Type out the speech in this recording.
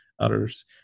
others